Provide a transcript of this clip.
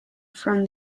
from